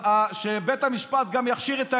שבית המשפט גם יכשיר את העניין.